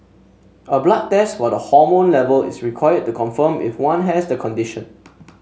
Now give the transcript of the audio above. a blood test for the hormone level is required to confirm if one has the condition